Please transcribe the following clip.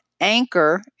Anchor